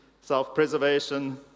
self-preservation